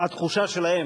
התחושה שלהם,